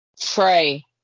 Trey